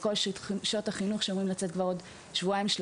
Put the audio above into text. לכל שעות החינוך שאמורות להיות בעוד שבועיים-שלושה.